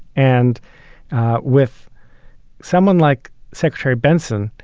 and with someone like secretary benson,